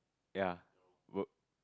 ya would